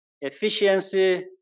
efficiency